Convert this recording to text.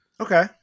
Okay